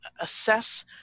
assess